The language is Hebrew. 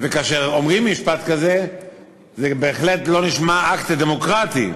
וכאשר אומרים משפט כזה זה בהחלט לא נשמע אקט דמוקרטי.